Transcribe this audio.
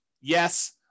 Yes